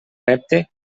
repte